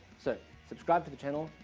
so subscribe to the channel.